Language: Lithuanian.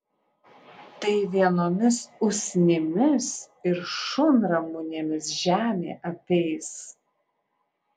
tai vienomis usnimis ir šunramunėmis žemė apeis